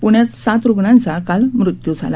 प्ण्यात सात रुग्णांचा काल मृत्यू झाला